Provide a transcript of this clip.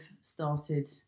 started